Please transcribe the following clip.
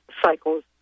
cycles